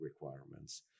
requirements